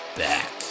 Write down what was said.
back